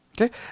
Okay